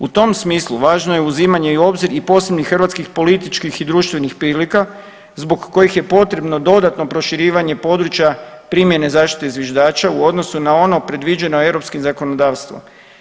U tom smislu važno je uzimanje i u obzir i posebnih hrvatskih političkih i društvenih prilika zbog kojih je potrebno dodatno proširivanje područja primjene zaštite zviždača u odnosu na ono predviđeno europskim zakonodavstvom.